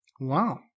wow